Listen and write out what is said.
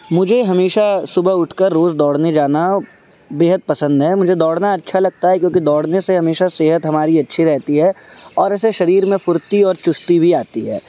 مجھے ہمیشہ صبح اٹھ کر روز دوڑنے جانا بےحد پسند ہے مجھے دوڑنا اچھا لگتا ہے کیونکہ دوڑنے سے ہمیشہ صحت ہماری اچھی رہتی ہے اور اس سے شریر میں فرتی اور چستی بھی آتی ہے